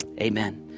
Amen